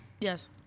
Yes